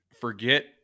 forget